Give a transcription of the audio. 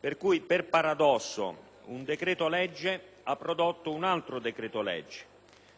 per cui, per paradosso, un decreto-legge ha prodotto un altro decreto-legge.